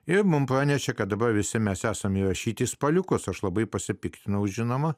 jie mums pranešė kad dabar visi mes esam įrašyti spaliukus aš labai pasipiktinau žinoma